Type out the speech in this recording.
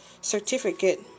certificate